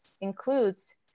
includes